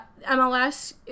MLS